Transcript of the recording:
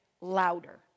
louder